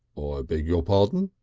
i beg your pardon?